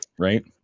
right